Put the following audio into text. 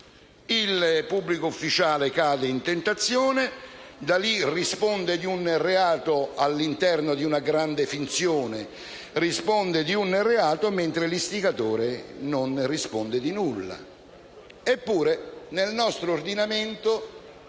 Il pubblico ufficiale cade in tentazione e da lì, all'interno di una grande finzione, risponde di un reato mentre l'istigatore non risponde di nulla.